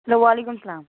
hello وعلیکُم السلام